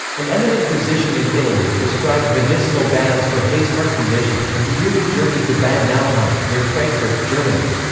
an eminent physician in italy prescribed medicinal baths for hay's heart condition, and he duly journeyed to bad nauheim, near frankfurt, germany.